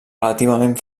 relativament